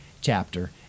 chapter